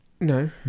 No